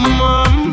mom